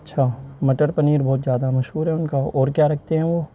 اچھا مٹر پنیر بہت زیادہ مشہور ہے ان کا اور کیا رکھتے ہیں وہ